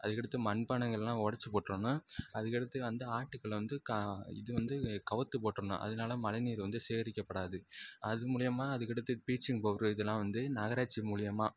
அதுக்கடுத்து மண்பானைகளெள்லாம் உடச்சி போட்டிருணும் அதுக்கடுத்து வந்து ஆட்டுக்கல்லை வந்து க இது வந்து கவுத்துப் போட்டிர்ணும் அதனால மழைநீர் வந்து சேகரிக்கப்படாது அது மூலயமா அதுக்கடுத்து ப்ளீச்சிங் பவுட்ரு இதலாம் வந்து நகராட்சி மூலயமா